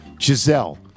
Giselle